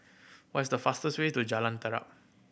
what is the fastest way to Jalan Terap